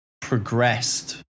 progressed